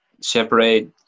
separate